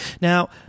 Now